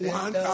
one